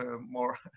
more